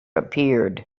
appeared